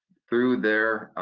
through their